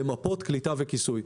למפות קליטה וכיסוי.